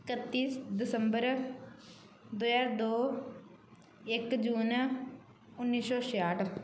ਇਕੱਤੀ ਦਸਬੰਰ ਦੋ ਹਜ਼ਾਰ ਦੋ ਇੱਕ ਜੂਨ ਉੱਨੀ ਸੌ ਛਿਆਹਠ